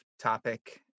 topic